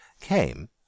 came